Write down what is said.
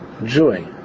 joy